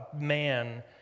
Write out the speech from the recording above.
man